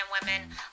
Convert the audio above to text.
women